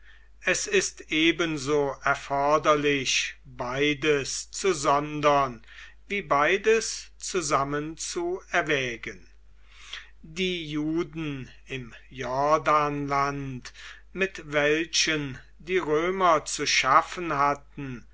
es ist ebenso erforderlich beides zu sondern wie beides zusammen zu erwägen die juden im jordanland mit welchen die römer zu schaffen hatten